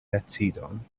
decidon